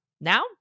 Now